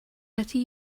better